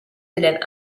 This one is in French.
élèves